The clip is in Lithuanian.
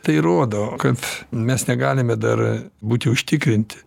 tai rodo kad mes negalime dar būti užtikrinti